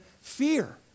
fear